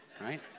right